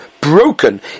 broken